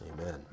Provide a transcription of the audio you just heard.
amen